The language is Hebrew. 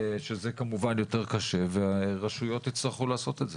שזה כמובן יותר קשה, ורשויות יצטרכו לעשות את זה.